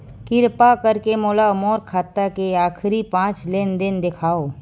किरपा करके मोला मोर खाता के आखिरी पांच लेन देन देखाव